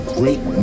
great